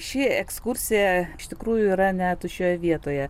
ši ekskursija iš tikrųjų yra ne tuščioje vietoje